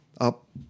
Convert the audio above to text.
up